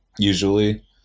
Usually